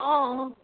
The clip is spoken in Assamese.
অঁ অঁ